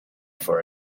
for